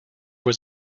was